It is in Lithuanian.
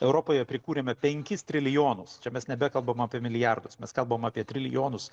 europoje prikūrėme penkis trilijonus čia mes nebekalbam apie milijardus mes kalbam apie trilijonus